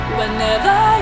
Whenever